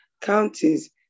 counties